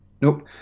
Nope